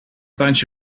bunch